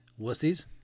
Wussies